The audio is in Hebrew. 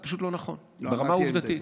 זה פשוט לא נכון ברמה העובדתית.